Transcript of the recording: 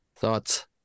Thoughts